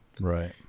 Right